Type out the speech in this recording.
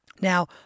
Now